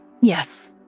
Yes